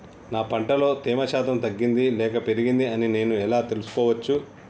నా పంట లో తేమ శాతం తగ్గింది లేక పెరిగింది అని నేను ఎలా తెలుసుకోవచ్చు?